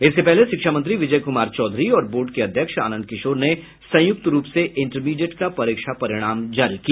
इससे पहले शिक्षा मंत्री विजय कुमार चौधरी और बोर्ड के अध्यक्ष आनंद किशोर ने संयुक्त रूप से इंटरमीडिएट का परीक्षा परिणाम जारी किया